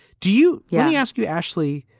do you? yeah. i ask you, ashley,